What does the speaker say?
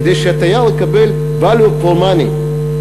כדי שהתייר יקבל value for money,